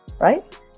right